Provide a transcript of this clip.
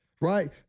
right